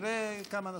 נראה כמה נספיק.